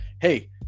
hey